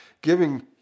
Giving